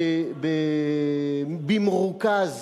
במרוכז